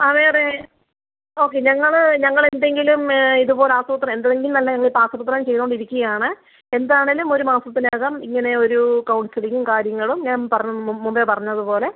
ആ വേറെ ഓക്കെ ഞങ്ങൾ ഞങ്ങളെന്തെങ്കിലും ഇതുപോലെ ആസൂത്രണം എന്തെങ്കിലും എന്നല്ല ഞങ്ങളിപ്പം ആസൂത്രണം ചെയ്തുകൊണ്ടിരിക്കുകയാണ് എന്താണെങ്കിലും ഒരു മാസത്തിനകം ഇങ്ങനെ ഒരു കൗൺസിലിങ്ങും കാര്യങ്ങളും ഞാൻ പറഞ്ഞത് മുമ്പേ പറഞ്ഞത് പോലെ